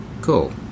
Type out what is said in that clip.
Cool